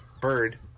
bird